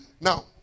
Now